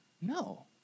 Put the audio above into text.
No